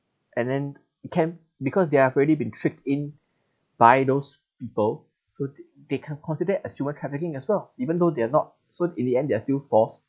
and then can because they have already been tricked in by those people so they they can consider as human trafficking as well even though they are not so in the end they are still forced